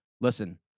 listen